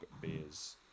beers